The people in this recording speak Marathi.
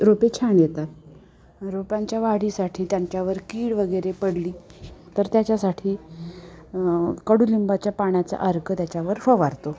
रोपे छान येतात रोपांच्या वाढीसाठी त्यांच्यावर कीड वगैरे पडली तर त्याच्यासाठी कडुलिंबाच्या पाण्याचा अर्क त्याच्यावर फवारतो